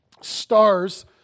stars